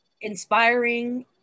inspiring